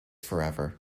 forever